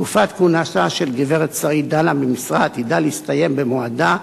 תקופת כהונתה של גברת שרית דנה במשרד עתידה להסתיים במועדה,